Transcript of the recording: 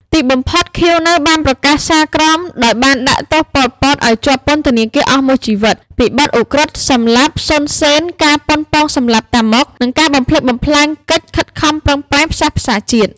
ទីបំផុត ខៀវ នៅ បានប្រកាសសាលក្រមដោយបានដាក់ទោស ប៉ុល ពត ឱ្យជាប់ពន្ធនាគារអស់មួយជីវិតពីបទឧក្រិដ្ឋសម្លាប់ សុន សេន ការប៉ុនប៉ងសម្លាប់តាម៉ុក និងការបំផ្លិចបំផ្លាញកិច្ចខិតខំប្រឹងប្រែងផ្សះផ្សាជាតិ។